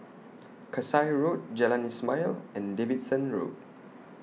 Kasai Road Jalan Ismail and Davidson Road